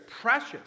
precious